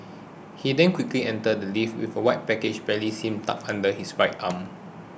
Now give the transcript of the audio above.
he then quickly enters the lift with a white package barely seen tucked under his right arm